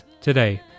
today